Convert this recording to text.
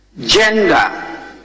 gender